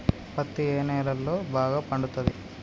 పత్తి ఏ నేలల్లో బాగా పండుతది?